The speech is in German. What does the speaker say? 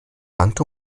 bangt